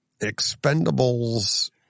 expendables